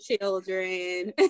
children